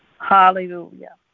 Hallelujah